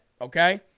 Okay